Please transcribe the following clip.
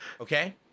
Okay